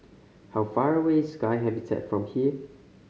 how far away is Sky Habitat from here